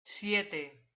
siete